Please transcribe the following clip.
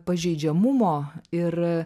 pažeidžiamumo ir